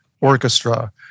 orchestra